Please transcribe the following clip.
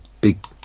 big